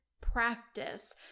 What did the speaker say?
practice